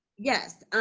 yes,